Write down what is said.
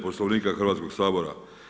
Poslovnika Hrvatskog sabora.